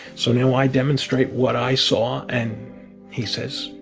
so now i demonstrate what i saw. and he says,